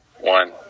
one